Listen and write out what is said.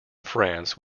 france